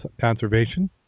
conservation